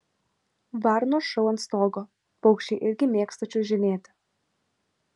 varnos šou ant stogo paukščiai irgi mėgsta čiuožinėti